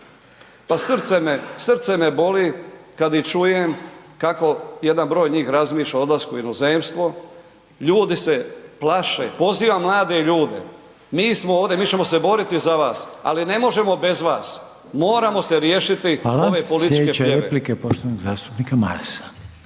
pa srce me boli kad ih čujem kako jedan broj njih razmišlja o odlasku u inozemstvo. Ljudi se plaše, poziv mlade ljude, mi smo ovdje, mi ćemo se boriti za vas, ali ne možemo bez vas. Moramo se riješiti ove .../Upadica: